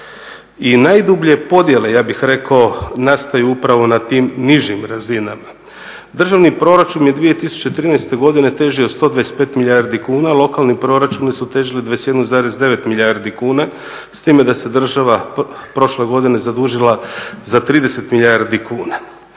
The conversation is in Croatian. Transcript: i najdublje podjele ja bih rekao nastaju upravo na tim nižim razinama. Državni proračun je 2013. godine težio 125 milijardi kuna, lokalni proračunu su težili 21,9 milijardi kuna s time da se država prošle godine zadužila za 30 milijardi kuna.